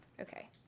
Okay